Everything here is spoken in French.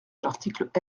l’article